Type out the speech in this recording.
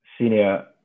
senior